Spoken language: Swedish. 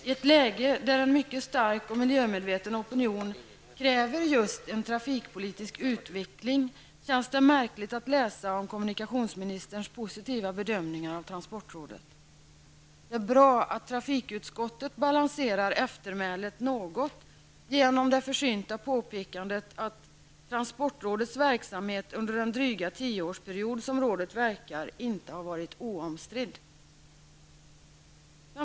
I ett läge där en mycket stark och miljömedveten opinion kräver just en trafikpolitisk utveckling, känns det märkligt att läsa om kommunikationsministerns positiva bedömningar av transportrådet. Det är bra att trafikutskottet balanserar eftermälet något genom det försynta påpekandet att ”transportrådets verksamhet under den dryga tioårsperiod som rådet verkat inte har varit oomstridd”.